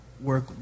work